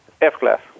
F-class